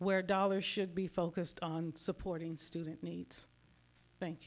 where dollars should be focused on supporting student needs thank